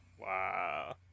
Wow